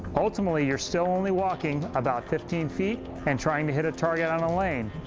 ultimately you're still only walking about fifteen feet and trying to hit a target on a lane.